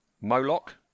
Moloch